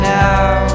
now